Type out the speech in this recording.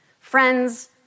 Friends